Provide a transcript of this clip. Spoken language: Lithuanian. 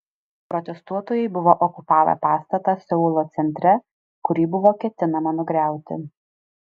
protestuotojai buvo okupavę pastatą seulo centre kurį buvo ketinama nugriauti